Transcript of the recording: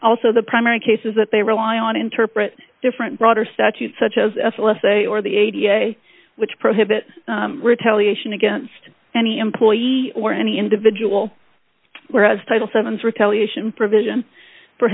also the primary case is that they rely on interpret different broader statutes such as a solicitor or the a da which prohibit retaliation against any employee or any individual whereas title seven's retaliation provision for